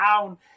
down